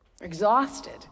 exhausted